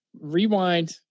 Rewind